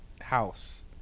house